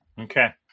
Okay